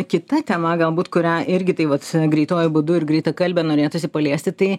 kita tema galbūt kurią irgi tai vat greituoju būdu ir greitakalbe norėtųsi paliesti tai